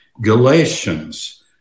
Galatians